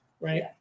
right